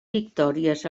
victòries